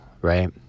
right